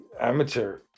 Amateur